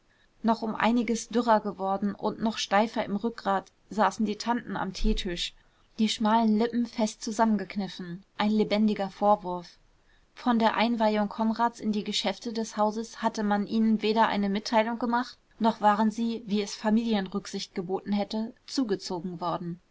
noch um einiges dürrer geworden und noch steifer im rückgrat saßen die tanten am teetisch die schmalen lippen fest zusammengekniffen ein lebendiger vorwurf von der einweihung konrads in die geschäfte des hauses hatte man ihnen weder eine mitteilung gemacht noch waren sie wie es familienrücksicht geboten hätte zugezogen worden